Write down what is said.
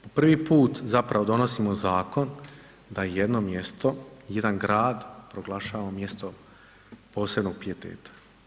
Prvi put zapravo donosimo zakon da jedno mjesto, jedan grad proglašavamo mjestom posebnog pijeteta.